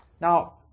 Now